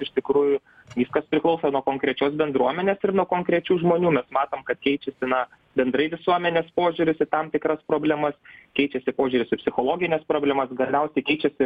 iš tikrųjų viskas priklauso nuo konkrečios bendruomenės ir nuo konkrečių žmonių mes matom kad keičiasi na bendrai visuomenės požiūris į tam tikras problemas keičiasi požiūris į psichologines problemas galiausiai keičiasi